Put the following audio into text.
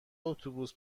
اتوبوس